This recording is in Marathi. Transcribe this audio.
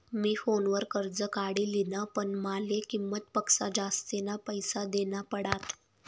मी फोनवर कर्ज काढी लिन्ह, पण माले किंमत पक्सा जास्तीना पैसा देना पडात